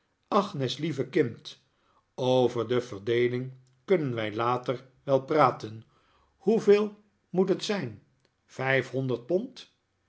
lieve kind over de verdeeling kunnen wij later wel praten hoeveel moet het zijn vijfhonderd pond